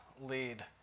lead